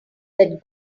that